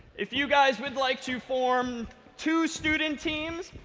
if you guys would like to form two student teams,